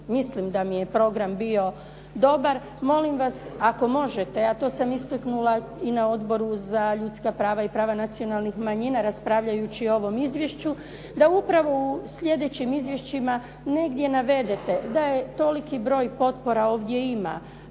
mislim da mi je program bio dobar. Molim vas, ako možete, a to sam istaknula i na Odboru za ljudska prava i prava nacionalnih manjima, raspravljajući o ovom izvješću, da upravo u sljedećim izvješćima negdje navedete da je toliki broj potpora ovdje i